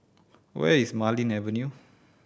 where is Marlene Avenue